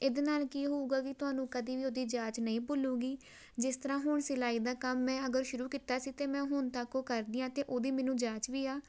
ਇਹਦੇ ਨਾਲ ਕੀ ਹੋਊਗਾ ਕਿ ਤੁਹਾਨੂੰ ਕਦੀ ਵੀ ਉਹਦੀ ਜਾਂਚ ਨਹੀਂ ਭੁੱਲੇਗੀ ਜਿਸ ਤਰ੍ਹਾਂ ਹੁਣ ਸਿਲਾਈ ਦਾ ਕੰਮ ਹੈ ਅਗਰ ਸ਼ੁਰੂ ਕੀਤਾ ਸੀ ਤਾਂ ਮੈਂ ਹੁਣ ਤੱਕ ਉਹ ਕਰਦੀ ਹਾਂ ਅਤੇ ਉਹਦੀ ਮੈਨੂੰ ਜਾਂਚ ਵੀ ਆ